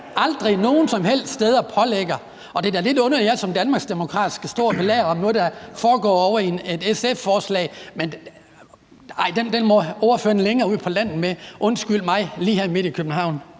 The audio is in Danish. aldrig nogen som helst steder ordet pålægger, og det er da lidt underligt, at jeg som danmarksdemokrat skal stå og belære om et SF-forslag. Nej, den må ordføreren længere ud på landet med, undskyld mig, lige her midt i København.